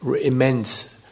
immense